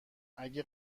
اگه